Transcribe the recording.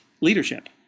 leadership